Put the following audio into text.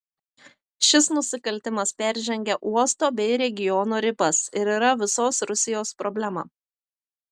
šis nusikaltimas peržengia uosto bei regiono ribas ir yra visos rusijos problema